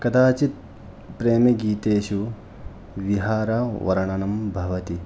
कदाचित् प्रेमीगीतेषु विहारवर्णनं भवति